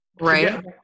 Right